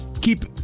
keep